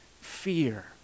fear